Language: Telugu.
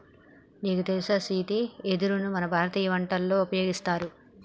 నీకు తెలుసా సీతి వెదరును మన భారతీయ వంటకంలో ఉపయోగిస్తారు